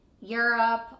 Europe